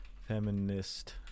feminist